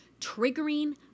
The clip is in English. triggering